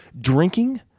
drinking